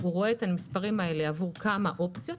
הוא רואה את המספרים האלה עבור כמה אופציות,